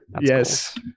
Yes